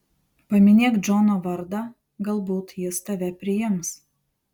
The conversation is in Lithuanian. paminėk džono vardą galbūt jis tave priims